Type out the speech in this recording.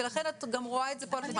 ולכן את גם רואה את זה פה על השולחן.